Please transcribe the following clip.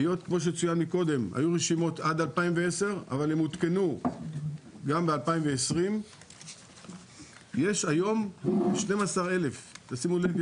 היו רשימות עד 2010 אבל הם עודכנו גם ב- 2020. יש היום 12,000. שימו לב,